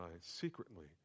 Secretly